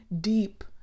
deep